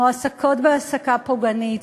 מועסקות בהעסקה פוגענית.